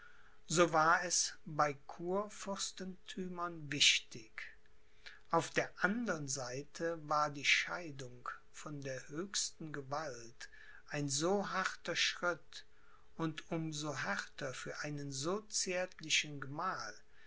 so war es bei kurfürstentümern wichtig auf der andern seite war die scheidung von der höchsten gewalt ein so harter schritt und um so härter für einen so zärtlichen gemahl